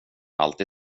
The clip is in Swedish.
allt